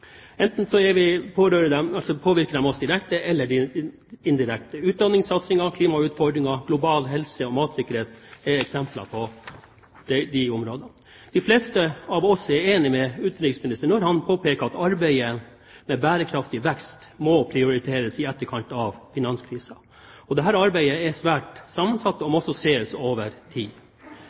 de områdene. De fleste av oss er enig med utenriksministeren når han påpeker at arbeidet med bærekraftig vekst må prioriteres i etterkant av finanskrisen. Dette arbeidet er svært sammensatt og må også ses over tid.